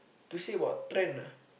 to say about trend ah